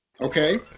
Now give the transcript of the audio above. Okay